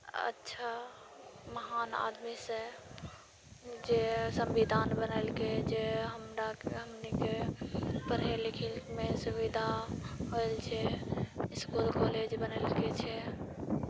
अच्छा महान आदमी से जे संविधान बनेलकै जे हमराकेँ हमनीकेँ पढ़य लिखयमे सुविधा होयल छै इस्कुल कॉलेज बनेलकै छै